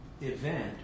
event